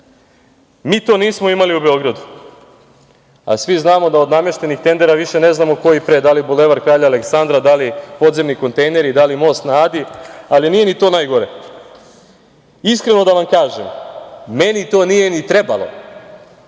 mi to nismo imali u Beogradu. Svi znamo da od nameštenih tendera, više ne znamo koji pre, da li Bulevar kralja Aleksandra, da li podzemni kontejneri, da li most na Adi, ali nije ni to najgore - iskreno da vam kažem, meni to nije ni trebalo.